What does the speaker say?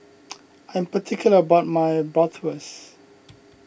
I'm particular about my Bratwurst